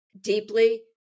deeply